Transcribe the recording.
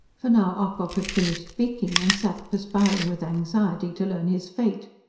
for now ocock had finished speaking, and sat perspiring with anxiety to learn his fate.